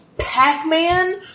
Pac-Man